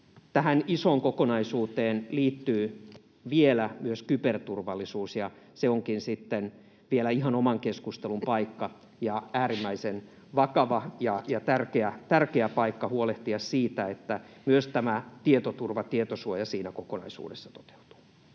Tähän isoon kokonaisuuteen liittyy vielä myös kyberturvallisuus, ja se onkin sitten vielä ihan oman keskustelun paikka ja äärimmäisen vakava ja tärkeä paikka huolehtia siitä, että myös nämä, tietoturva ja tietosuoja, siinä kokonaisuudessa toteutuvat.